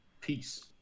peace